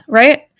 right